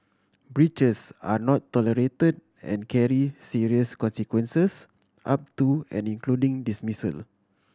breaches are not tolerate and carry serious consequences up to and including dismissal